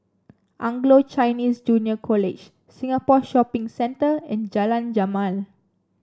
Anglo Chinese Junior College Singapore Shopping Centre and Jalan Jamal